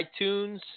iTunes